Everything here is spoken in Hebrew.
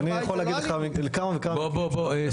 אני יכול להגיד לך כמה וכמה מקרים שהיו הפגנות --- סליחה,